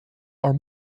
are